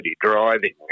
driving